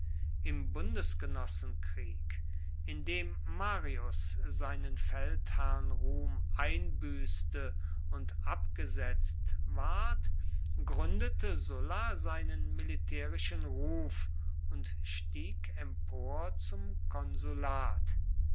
im bundesgenossenkrieg in dem marius seinen feldherrnruhm einbüßte und abgesetzt ward gründete sulla seinen militärischen ruf und stieg empor zum konsulat